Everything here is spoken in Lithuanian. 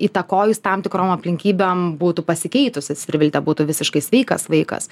įtakojus tam tikrom aplinkybėm būtų pasikeitusios ir viltė būtų visiškai sveikas vaikas